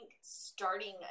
starting